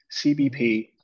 CBP